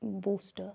booster